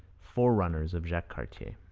forerunners of jacques cartier